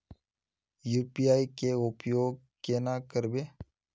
UPI के उपयोग केना करबे?